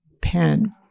pen